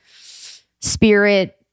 spirit